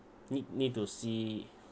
need need to see